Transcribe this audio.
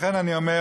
לכן אני אומר,